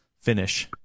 finish